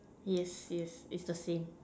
yes yes is the same